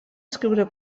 escriure